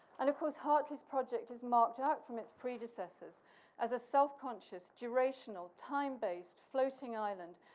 and of course, hartley's project is marked out from its predecessors as a self-conscious, durational, time-based floating island,